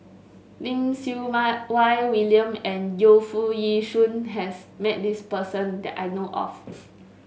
Lim Siew My Wai William and Yu Foo Yee Shoon has met this person that I know of